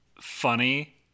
funny